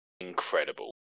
incredible